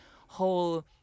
whole